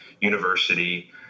university